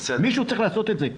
מישהו צריך לעשות את זה.